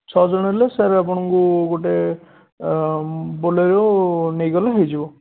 ଛଅ ଜଣ ହେଲେ ସାର୍ ଆପଣଙ୍କୁ ଗୋଟେ ବୋଲେରୋ ନେଇଗଲେ ହୋଇଯିବ